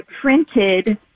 printed